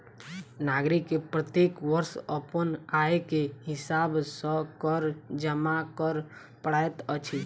नागरिक के प्रत्येक वर्ष अपन आय के हिसाब सॅ कर जमा कर पड़ैत अछि